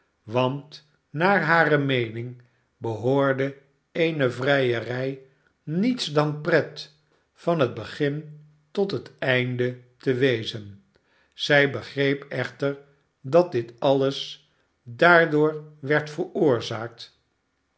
want naar hare meening behoorde eene vrijerij niets dan pret van het begin tot het einde te wezen zij begreep echter dat dit alles daardoor werd veroorzaakt